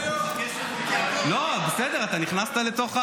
--- אתה נכנסת.